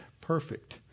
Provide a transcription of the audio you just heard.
perfect